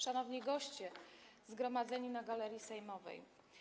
Szanowni goście zgromadzeni na galerii sejmowej!